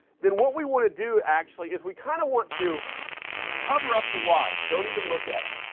then what we want to do, actually, is we kind of want to cover up the y's, don't even look at them.